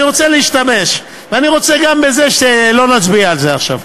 אני רוצה להשתמש, ואני רוצה גם שלא נצביע עכשיו.